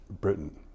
Britain